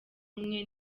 rumwe